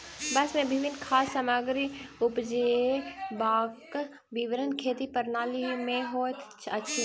वर्ष मे विभिन्न खाद्य सामग्री उपजेबाक विवरण खेती प्रणाली में होइत अछि